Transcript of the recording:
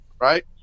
Right